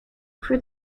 for